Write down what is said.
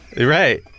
Right